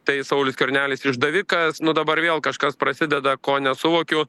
tai saulius skvernelis išdavikas nu dabar vėl kažkas prasideda ko nesuvokiu